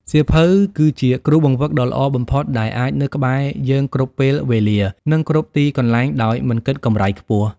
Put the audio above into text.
សៀវភៅ គឺជាគ្រូបង្វឹកដ៏ល្អបំផុតដែលអាចនៅក្បែរយើងគ្រប់ពេលវេលា និងគ្រប់ទីកន្លែងដោយមិនគិតកម្រៃខ្ពស់។